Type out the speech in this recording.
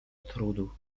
trudu